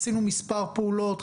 עשינו מספר פעולות,